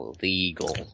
illegal